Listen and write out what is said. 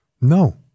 No